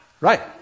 Right